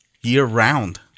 year-round